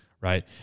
right